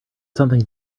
something